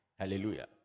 Hallelujah